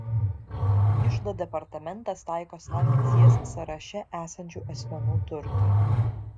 iždo departamentas taiko sankcijas sąraše esančių asmenų turtui